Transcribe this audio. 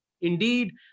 Indeed